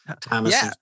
thomas